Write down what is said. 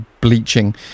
bleaching